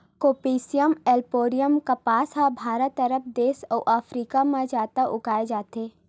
Gossypium arboreum कपसा ह भारत, अरब देस अउ अफ्रीका म जादा उगाए जाथे